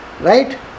Right